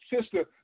sister